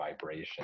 vibration